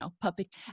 puppet